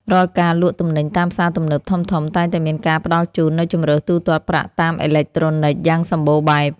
រាល់ការលក់ទំនិញតាមផ្សារទំនើបធំៗតែងតែមានការផ្តល់ជូននូវជម្រើសទូទាត់ប្រាក់តាមអេឡិចត្រូនិកយ៉ាងសម្បូរបែប។